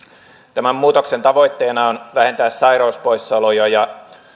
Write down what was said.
tämän muutoksen tavoitteena on vähentää sairauspoissaoloja ja